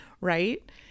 right